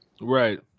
Right